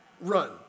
Run